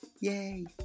Yay